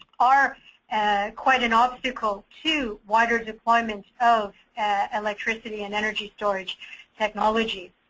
are quite an obstacle to wider deployment of electricity and energy storage technology.